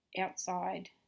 outside